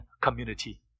community